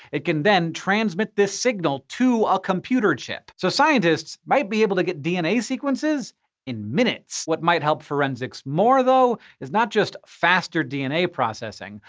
it can then transmit this signal to a computer chip so scientists might be able to get dna sequences in minutes. what might help forensics more, though, is not just faster dna processing,